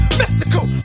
mystical